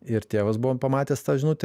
ir tėvas buvo pamatęs tą žinutę